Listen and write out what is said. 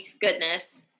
goodness